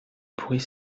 bruit